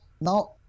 Now